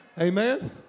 Amen